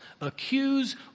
accuse